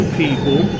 people